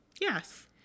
Yes